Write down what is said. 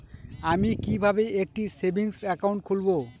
আমি কিভাবে একটি সেভিংস অ্যাকাউন্ট খুলব?